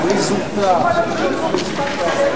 שכל מי שנולדו בתקופה מסוימת, זה חל עליהם,